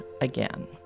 again